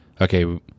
okay